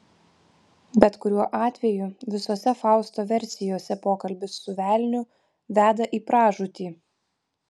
bet kuriuo atveju visose fausto versijose pokalbis su velniu veda į pražūtį